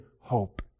hope